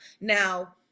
Now